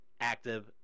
active